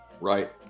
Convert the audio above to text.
Right